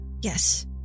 Yes